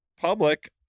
public